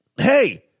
hey